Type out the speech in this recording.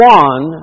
one